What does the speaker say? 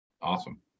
awesome